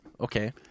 Okay